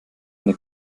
eine